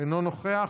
אינו נוכח,